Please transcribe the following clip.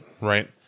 right